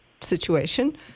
situation